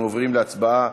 אנחנו עוברים להצבעה